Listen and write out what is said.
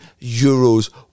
euros